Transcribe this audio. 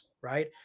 right